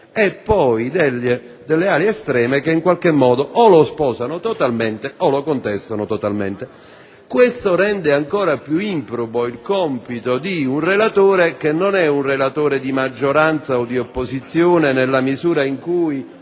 e poi delle aree estreme che, in qualche modo, o lo sposano totalmente o lo contestano totalmente. Ciò rende ancora più improbo il compito di un relatore che non è relatore di maggioranza o di opposizione, visto che,